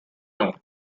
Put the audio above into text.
north